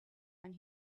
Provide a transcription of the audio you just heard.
and